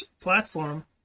platform